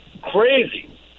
crazy